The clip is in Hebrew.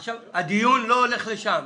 עכשיו, הדיון לא הולך לשם.